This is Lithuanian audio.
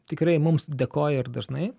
tikrai mums dėkoja ir dažnai